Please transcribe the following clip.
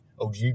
OG